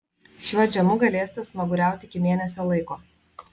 šiuo džemu galėsite smaguriauti iki mėnesio laiko